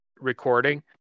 recording